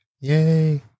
Yay